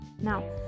Now